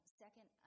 second